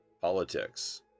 politics